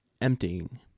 emptying